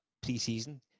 pre-season